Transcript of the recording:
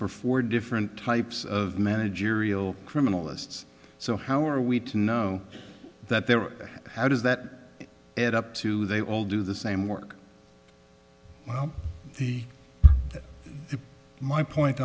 for four different types of managerial criminalists so how are we to know that there are how does that add up to they all do the same work well the my point